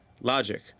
Logic